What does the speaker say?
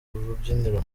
rubyiniro